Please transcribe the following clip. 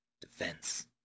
defense